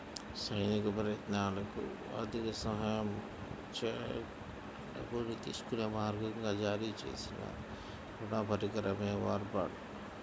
సైనిక ప్రయత్నాలకు ఆర్థిక సహాయం చేయడానికి డబ్బును తీసుకునే మార్గంగా జారీ చేసిన రుణ పరికరమే వార్ బాండ్